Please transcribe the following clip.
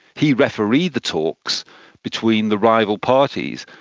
he refereed the talks between the rival parties.